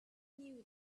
knew